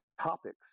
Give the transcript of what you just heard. topics